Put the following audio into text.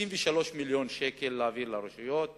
53 מיליון שקל להעביר לרשויות